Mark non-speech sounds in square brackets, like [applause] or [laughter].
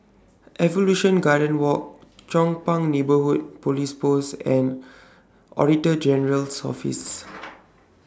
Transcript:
Evolution Garden Walk Chong Pang Neighbourhood Police Post and Auditor General's Office [noise]